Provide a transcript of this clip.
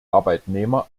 arbeitnehmer